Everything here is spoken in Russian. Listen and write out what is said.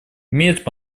имеют